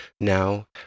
now